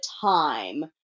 time